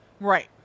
Right